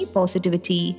Positivity